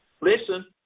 Listen